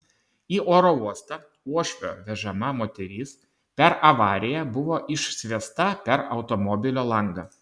į oro uostą uošvio vežama moteris per avariją buvo išsviesta per automobilio langą